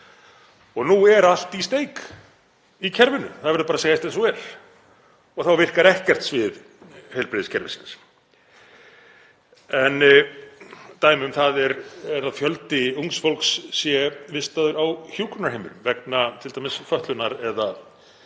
Og nú er allt í steik í kerfinu, það verður bara að segjast eins og er, og þá virkar ekkert svið heilbrigðiskerfisins. Dæmi um það er að fjöldi ungs fólks er vistaður á hjúkrunarheimili vegna fötlunar eða annarra